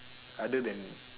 other than